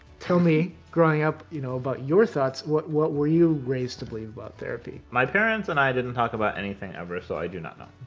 tell me, growing up, you know about your thoughts. what what were you raised to believe about therapy? my parents and i didn't talk about anything, ever, so i do not know.